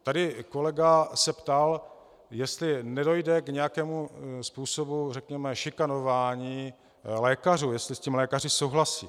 Tady kolega se ptal, jestli nedojde k nějakému způsobu řekněme šikanování lékařů, jestli s tím lékaři souhlasí.